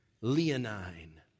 leonine